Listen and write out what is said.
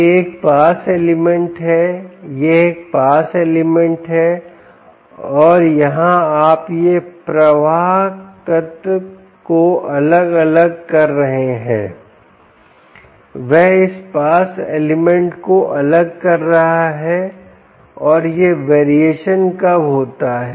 यह एक pass element है यह एक पास एलिमेंट है और यहां आप यह प्रवाहकत्त्व को अलग अलग कर रहे हैं वह इस पास एलिमेंट को अलग कर रहा है और यह वेरिएशन कब होता है